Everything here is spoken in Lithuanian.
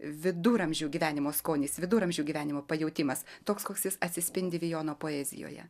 viduramžių gyvenimo skonis viduramžių gyvenimo pajautimas toks koks jis atsispindi vijono poezijoje